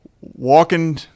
walking –